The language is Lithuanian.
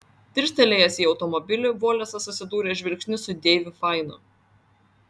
dirstelėjęs į automobilį volesas susidūrė žvilgsniu su deiviu fainu